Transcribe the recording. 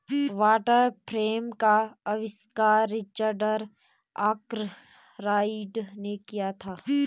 water frame का आविष्कार Richard Arkwright ने किया था